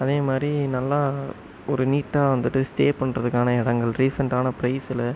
அதே மாதிரி நல்லா ஒரு நீட்டாக வந்துவிட்டு ஸ்டே பண்ணுறதுக்கான இடங்கள் ரீசெண்டான பிரைஸில்